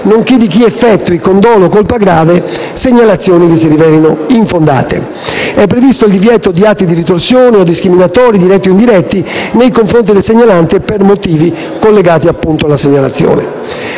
nonché di chi effettui, con dolo o colpa grave, segnalazioni che si rivelino infondate. È previsto il divieto di atti di ritorsione o discriminatori, diretti o indiretti, nei confronti del segnalante per motivi collegati alla segnalazione.